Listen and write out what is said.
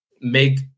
make